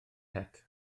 het